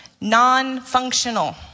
non-functional